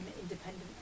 independent